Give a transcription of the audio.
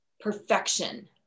perfection